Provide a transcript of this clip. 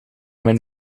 mijn